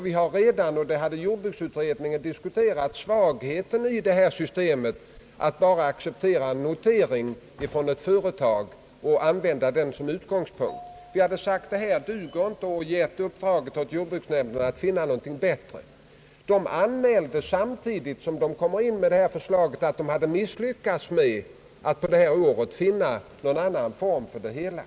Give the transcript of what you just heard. Vi hade redan i jordbruksutredningen diskuterat svagheten i det system som innebär att man accepterar en prisnotering från ett företag och använder den som utgångspunkt. Vi sade att detta inte dög och gav jordbruksnämnden i uppdrag att finna på något bättre. Samtidigt som nämnden kom in med detta förslag anmälde den att den hade misslyckats med att för detta år finna nå gon annan form för det hela.